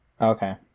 Okay